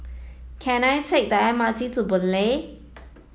can I take the M R T to Boon Lay